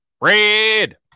red